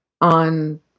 on